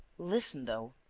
listen, though.